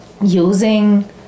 using